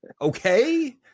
Okay